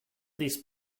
these